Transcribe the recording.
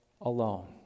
alone